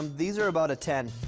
these are about a ten.